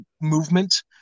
movement